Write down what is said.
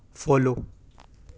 follow